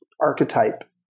archetype